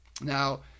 Now